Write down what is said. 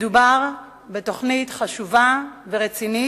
וכל חייל מבני